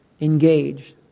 Engage